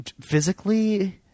physically